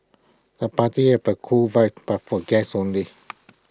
the party had A cool vibe but for guests only